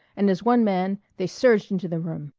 and as one man they surged into the room.